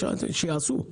שיעשו.